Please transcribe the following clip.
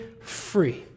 free